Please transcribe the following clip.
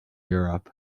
europe